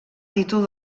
títol